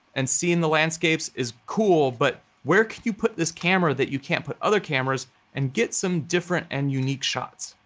and seeing the landscapes is cool, but where can you put this camera that you can't put other cameras and get some different and unique shots?